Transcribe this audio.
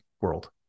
world